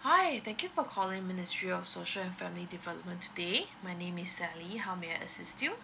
hi thank you for calling ministry of social and family development today my name is Sally how may I assist you